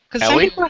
Ellie